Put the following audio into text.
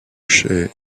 chez